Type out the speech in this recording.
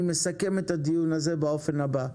אני מסכם את הדיון באופן הבא,